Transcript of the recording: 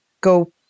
go